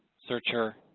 searcher,